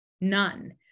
None